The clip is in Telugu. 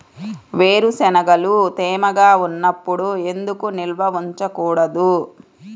వేరుశనగలు తేమగా ఉన్నప్పుడు ఎందుకు నిల్వ ఉంచకూడదు?